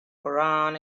koran